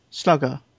Slugger